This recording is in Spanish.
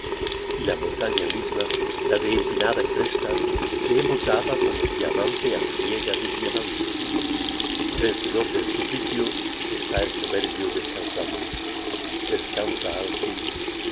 y la montaña misma la de empinada cresta se embotaba como diamante á friega de diamante vencedor del suplicio está el soberbio descansando descansa al fin